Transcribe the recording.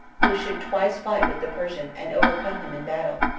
who should twice fight with the persian, and overcome him in battle,